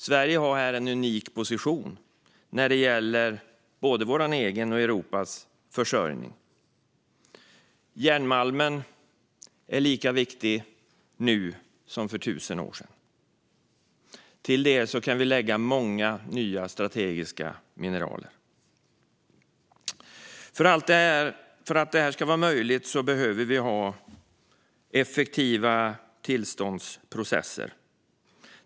Sverige har här en unik position när det gäller både vår egen och Europas försörjning. Järnmalmen är lika viktig nu som för 1 000 år sedan. Till den kan läggas många nya strategiska mineral. För att detta ska vara möjligt behöver vi ha effektiva tillståndsprocesser.